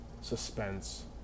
suspense